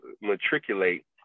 matriculate